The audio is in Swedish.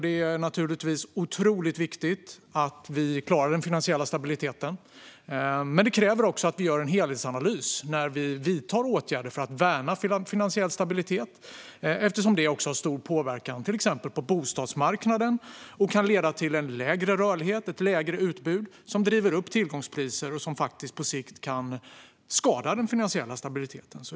Det är otroligt viktigt att vi klarar den finansiella stabiliteten, men det kräver att vi gör en helhetsanalys när vi vidtar åtgärder för att värna den, eftersom den har så stor påverkan på till exempel bostadsmarknaden och kan leda till lägre rörlighet och mindre utbud, vilket driver upp tillgångspriserna och kan skada den finansiella stabiliteten på sikt.